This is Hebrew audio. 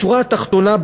בשורה התחתונה,